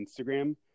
Instagram